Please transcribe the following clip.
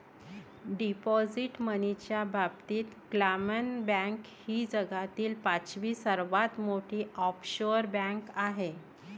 deposit मनीच्या बाबतीत क्लामन बँक ही जगातील पाचवी सर्वात मोठी ऑफशोअर बँक आहे